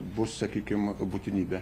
bus sakykim būtinybė